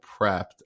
prepped